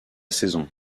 saison